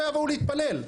שלא יבואו להתפלל.